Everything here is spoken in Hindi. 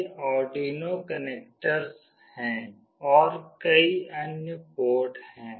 ये आर्डुइनो कनेक्टर्स हैं और कई अन्य पोर्ट हैं